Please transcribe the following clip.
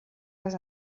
les